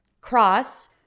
cross